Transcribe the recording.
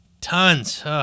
Tons